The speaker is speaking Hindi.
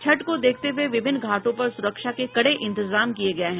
छठ को देखते हुए विभिन्न घाटों पर सुरक्षा के कड़े इंतजाम किये गये हैं